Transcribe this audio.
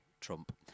Trump